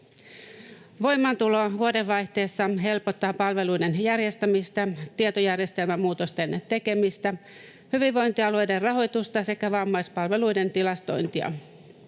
Voimaantulo vuodenvaihteessa helpottaa palveluiden järjestämistä, tietojärjestelmämuutosten tekemistä, hyvinvointialueiden rahoitusta sekä vammaispalveluiden tilastointia.